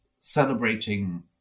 celebrating